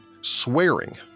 swearing